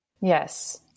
Yes